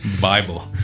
Bible